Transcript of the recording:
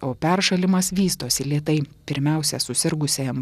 o peršalimas vystosi lėtai pirmiausia susirgusiajam